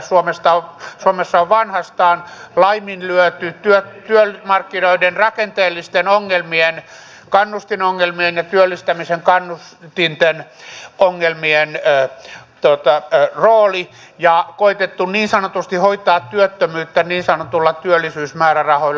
suomessa on vanhastaan laiminlyöty työmarkkinoiden rakenteellisten ongelmien kannustinongelmien ja työllistämisen kannustinten ongelmien rooli ja koetettu niin sanotusti hoitaa työttömyyttä niin sanotuilla työllisyysmäärärahoilla